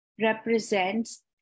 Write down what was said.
represents